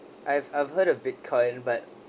I've I've heard of bitcoin but